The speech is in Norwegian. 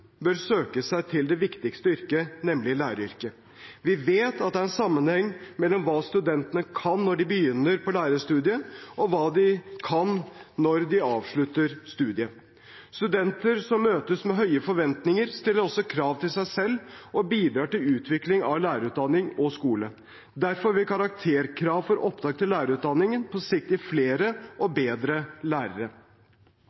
bør søke seg til det viktigste yrket, nemlig læreryrket. Vi vet at det er en sammenheng mellom hva studentene kan når de begynner på lærerstudiet, og hva de kan når de avslutter studiet. Studenter som møtes med høye forventninger, stiller også krav til seg selv og bidrar til utvikling av lærerutdanning og skole. Derfor vil karakterkrav for opptak til lærerutdanningen på sikt gi flere og